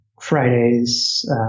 Fridays